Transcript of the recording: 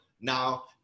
Now